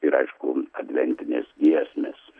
ir aišku adventinės giesmės